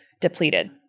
depleted